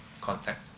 contact